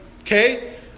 okay